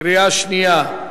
קריאה שנייה.